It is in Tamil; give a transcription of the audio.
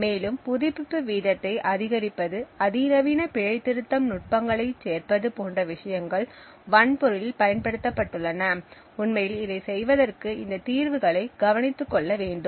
மேலும் புதுப்பிப்பு வீதத்தை அதிகரிப்பது அதிநவீன பிழை திருத்தும் நுட்பங்களைச் சேர்ப்பது போன்ற விஷயங்கள் வன்பொருளில் பயன்படுத்தப்பட்டுள்ளன உண்மையில் இதை செய்வதற்கு இந்த தீர்வுகளை கவனித்துக்கொள்ள வேண்டும்